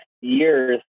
years